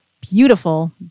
beautiful